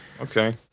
Okay